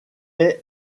est